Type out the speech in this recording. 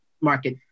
market